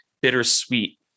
bittersweet